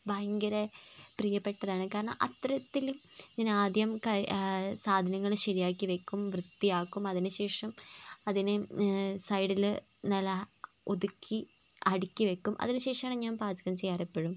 ഭയങ്കര പ്രിയപ്പെട്ടതാണ് കാരണം അത്തരത്തിൽ ഞാൻ ആദ്യം കൈ സാധനങ്ങൾ ശരിയാക്കി വെക്കും വൃത്തിയാക്കും അതിനുശേഷം അതിന് സൈഡിൽ നല്ല ഒതുക്കി അടുക്കി വെക്കും അതിനു ശേഷമാണ് ഞാൻ പാചകം ചെയ്യാർ എപ്പോഴും